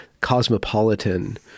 cosmopolitan